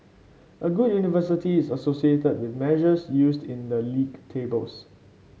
a good university is associated with measures used in the league tables